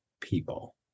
people